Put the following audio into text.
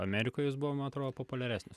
amerikoj jis buvo man atrodo populiaresnis